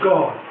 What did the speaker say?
God